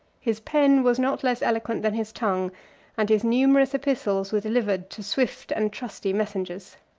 his pen was not less eloquent than his tongue and his numerous epistles were delivered to swift and trusty messengers.